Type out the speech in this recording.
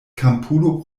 kampulo